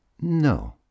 No